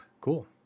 Cool